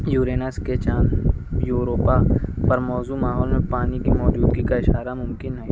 یورینس کے چاند یوروپا پر موزوں ماحول میں پانی کے موجودگی کا اشارہ ممکن ہے